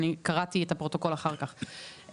אני קראתי את הפרוטוקול אחר כך,